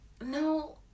No